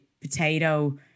potato